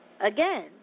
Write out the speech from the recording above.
Again